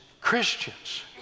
Christians